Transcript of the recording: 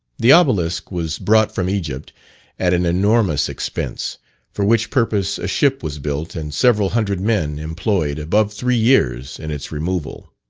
the obelisk was brought from egypt at an enormous expense for which purpose a ship was built, and several hundred men employed above three years in its removal.